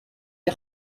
des